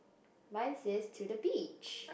mine says to the beach